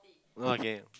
well I can